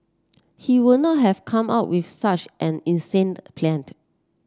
he would not have come up with such an insane plan